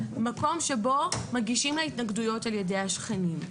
מקום שבו מגישים לה התנגדויות על ידי השכנים.